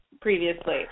previously